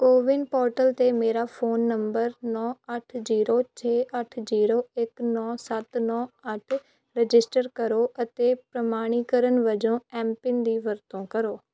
CoWIN portal 'ਤੇ ਮੇਰਾ phone number ਨੌਂ ਅੱਠ ਜ਼ੀਰੋ ਛੇ ਅੱਠ ਜ਼ੀਰੋ ਇੱਕ ਨੌਂ ਸੱਤ ਨੌਂ ਅੱਠ ਰਜਿਸਟਰ ਕਰੋ ਅਤੇ ਪ੍ਰਮਾਣੀਕਰਨ ਵਜੋਂ ਐੱਮ ਪਿੰਨ ਦੀ ਵਰਤੋਂ ਕਰੋ